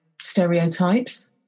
stereotypes